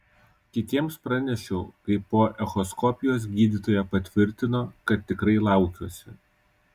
kitiems pranešiau kai po echoskopijos gydytoja patvirtino kad tikrai laukiuosi